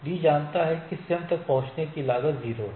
D जानता है कि स्वयं तक पहुंचने की लागत 0 है